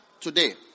today